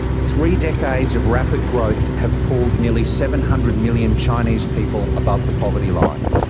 three decades of rapid growth have pulled nearly seven hundred million chinese people above the poverty line.